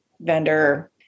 vendor